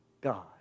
God